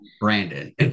Brandon